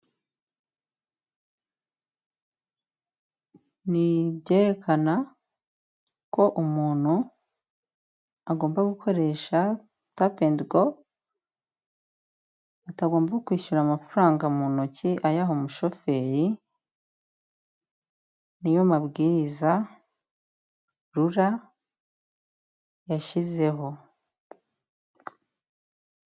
Ni ibyerekana ko umuntu agomba gukoresha, tape andi go, atagomba kwishyura amafaranga mu ntoki, ayaha umushoferi niyo mabwiriza RURA yashyizeho.